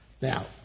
Now